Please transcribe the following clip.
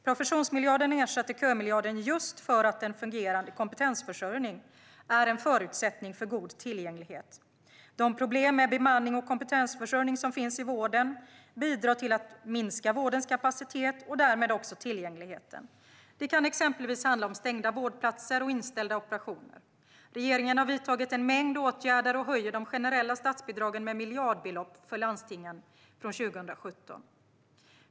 Professionsmiljarden ersatte kömiljarden just för att en fungerande kompetensförsörjning är en förutsättning för god tillgänglighet. De problem med bemanning och kompetensförsörjning som finns i vården bidrar till att minska vårdens kapacitet och därmed också tillgängligheten. Det kan exempelvis handla om stängda vårdplatser och inställda operationer. Regeringen har vidtagit en mängd åtgärder och höjer de generella statsbidragen med miljardbelopp för landstingen från 2017.